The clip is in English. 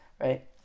right